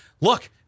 look